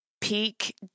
peak